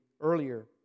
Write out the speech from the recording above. earlier